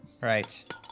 Right